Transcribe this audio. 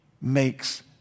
makes